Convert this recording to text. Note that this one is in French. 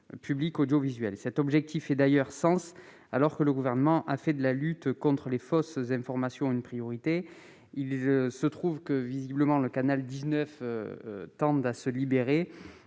public audiovisuel. Cet objectif fait d'ailleurs sens, alors que le Gouvernement a fait de la lutte contre les fausses informations une priorité. Il se trouve que le canal 19 va certainement se libérer.